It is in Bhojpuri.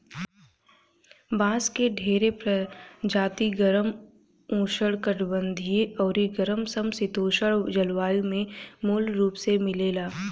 बांस के ढेरे प्रजाति गरम, उष्णकटिबंधीय अउरी गरम सम शीतोष्ण जलवायु में मूल रूप से मिलेला